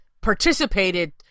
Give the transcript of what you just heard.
participated